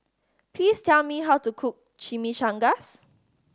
please tell me how to cook Chimichangas